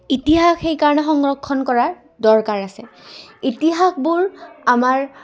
ইতিহাস সেইকাৰণে সংৰক্ষণ কৰাৰ দৰকাৰ আছে ইতিহাসবোৰ আমাৰ